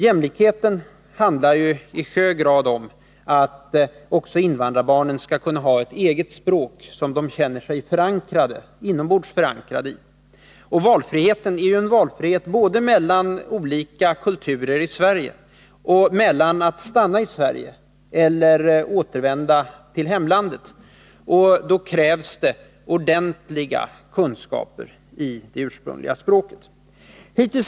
Jämlikheten handlar i hög grad om att också invandrarbarnen skall kunna ha ett eget språk, som de känner sig förankrade i inombords. Valfriheten gäller ju både en frihet i valet mellan olika kulturer i Sverige och en frihet i valet mellan att stanna i Sverige och att återvända till hemlandet. För att åstadkomma detta krävs ordentliga kunskaper i det ursprungliga språket.